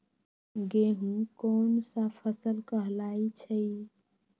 गेहूँ कोन सा फसल कहलाई छई?